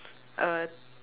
uh